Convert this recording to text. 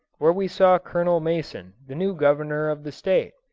where we saw colonel mason, the new governor of the state.